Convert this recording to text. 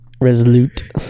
resolute